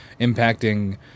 impacting